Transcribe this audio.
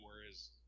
Whereas